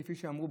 כי כפי שאמרו,